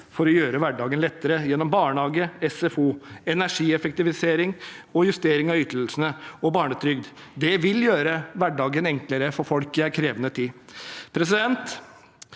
til å gjøre hverdagen lettere – gjennom barnehage, SFO, energieffektivisering og justering av ytelser og barnetrygd. Det vil gjøre hverdagen enklere for folk i en krevende tid.